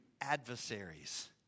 adversaries